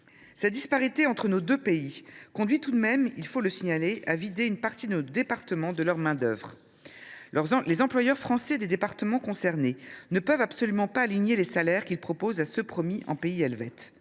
Cette disparité entre nos deux pays conduit tout de même, il faut le signaler, à vider une partie de nos départements de leur main d’œuvre. Les employeurs français des départements concernés ne peuvent absolument pas aligner les salaires qu’ils proposent sur ceux qui sont promis en pays helvète.